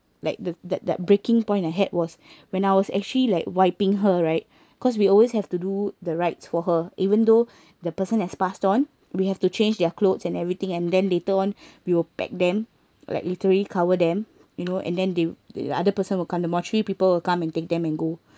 like the that that breaking point I had was when I was actually like wiping her right cause we always have to do the rites for her even though the person has passed on we have to change their clothes and everything and then later on we will pack them like literally cover them you know and then they the other person will condemnatory people will come and take them and go